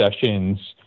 sessions